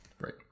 right